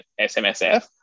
SMSF